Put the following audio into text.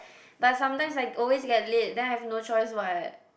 but sometimes I always get late then I have no choice what